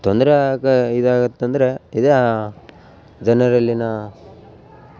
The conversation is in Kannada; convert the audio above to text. ತೊಂದರೆ ಆಗು ಇದಾಗತ್ತೆ ಅಂದರೆ ಇದೇ ಜನರಲ್ಲಿನ